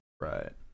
Right